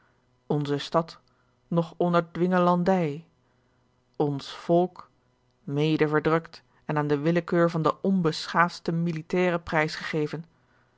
onze stad nog onder dwingelandij ons volk mede verdrukt en aan de willekeur van de onbeschaafdste militairen prijs